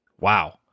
wow